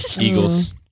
Eagles